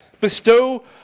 Bestow